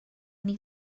need